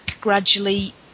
gradually